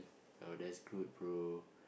oh that's good bro